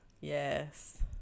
Yes